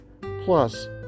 plus